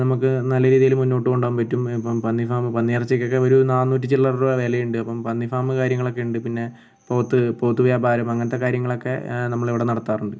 നമുക്ക് നല്ല രീതിയിൽ മുന്നോട്ട് കൊണ്ടുപോകാൻ പറ്റും ഇപ്പം പന്നി ഫാമ് പന്നി ഇറച്ചി ഒക്കെ ഒരു നാനൂറ്റി ചില്ലറ രൂപ വില ഉണ്ട് അപ്പം പന്നി ഫാമ് കാര്യങ്ങളൊക്കെ ഉണ്ട് പിന്നെ പോത്ത് പോത്ത് വ്യാപാരം അങ്ങനത്തെ കാര്യങ്ങളൊക്കെ നമ്മൾ ഇവിടെ നടത്താറുണ്ട്